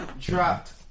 dropped